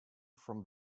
from